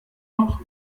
noch